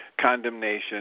condemnation